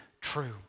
true